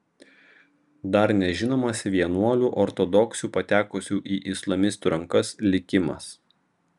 dar nežinomas vienuolių ortodoksių patekusių į islamistų rankas likimas